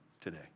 today